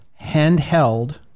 handheld